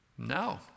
No